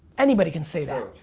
anybody can say that.